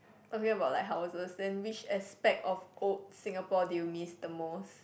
talking about like houses then which aspect of old Singapore did you miss the most